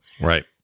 right